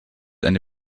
eine